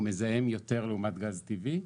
הוא מזהם יותר לעומת גז טבעי.